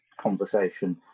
conversation